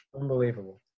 Unbelievable